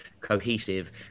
cohesive